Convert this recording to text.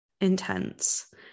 intense